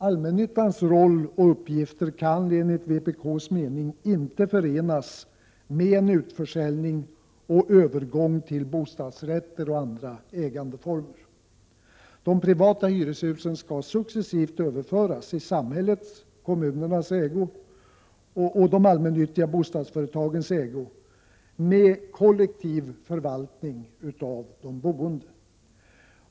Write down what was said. Allmännyttans roll och uppgifter kan enligt vpk:s mening inte förenas med en utförsäljning och övergång till bostadsrätter eller andra ägandeformer. De privata hyreshusen skall successivt överföras i samhällets, kommunernas och de allmännyttiga bostadsföretagens ägo, med kollektiv förvaltning skött av de boende.